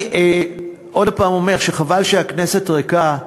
עוד פעם אני אומר שחבל שהכנסת ריקה,